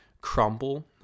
crumble